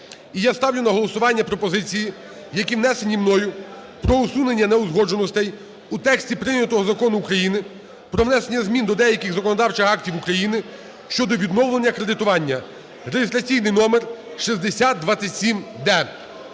І я ставлю на голосування пропозиції, які внесені мною, про усунення неузгодженостей у тексті прийнятого Закону України про внесення змін до деяких законодавчих актів України щодо відновлення кредитування (реєстраційний номер 6027-д).